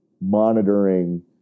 monitoring